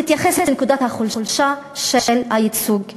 תתייחס לנקודת החולשה של הייצוג הערבי.